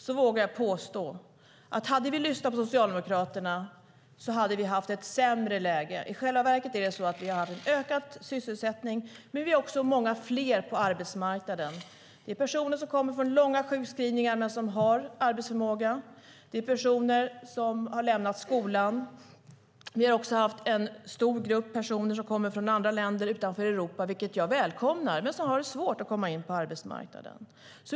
Jag vågar påstå att om vi hade lyssnat på Socialdemokraterna skulle vi ha haft ett sämre läge. I själva verket har vi haft en ökad sysselsättning, men vi är också många fler på arbetsmarknaden. Det är personer som kommer från långa sjukskrivningar men som har arbetsförmåga. Det är personer som har lämnat skolan. Vi har också haft en stor grupp personer som kommer från andra länder utanför Europa. Jag välkomnar detta, men de har svårt att komma in på arbetsmarknaden.